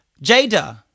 Jada